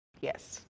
yes